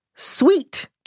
Sweet